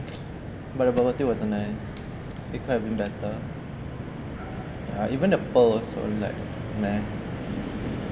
but the bubble tea wasn't nice it could've been better ah even the pearl was only like meh